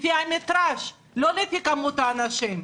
לפי המטראז', לא לפי הכמות של האנשים.